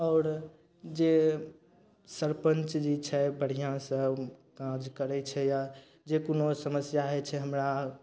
आओर जे सरपञ्च भी छै बढ़िआँसँ उ काज करय छै यऽ जे कोनो समस्या होइ छै हमरा